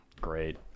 great